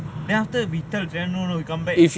then after we tell we come but